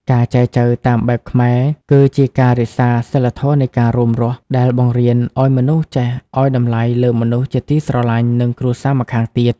ការចែចូវតាមបែបខ្មែរ គឺជាការរក្សា "សីលធម៌នៃការរួមរស់" ដែលបង្រៀនឱ្យមនុស្សចេះឱ្យតម្លៃលើមនុស្សជាទីស្រឡាញ់ និងគ្រួសារម្ខាងទៀត។